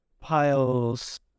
piles